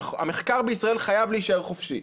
המחקר בישראל חייב להישאר חופשי.